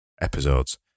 episodes